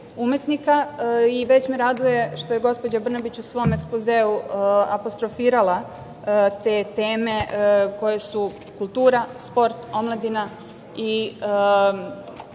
umetnika i već me raduje što je gospođa Brnabić u svom ekspozeu apostrofirala te teme koje su kultura, sport, omladina i